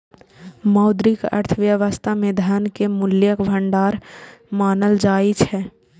मौद्रिक अर्थव्यवस्था मे धन कें मूल्यक भंडार मानल जाइ छै